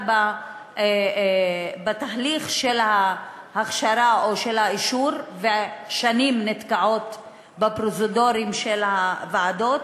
בתהליך ההכשרה או של האישור ושנים נתקעות בפרוזדורים של הוועדות?